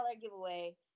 giveaway